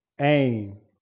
aim